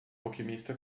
alquimista